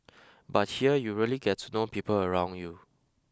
but here you really get to know people around you